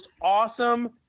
awesome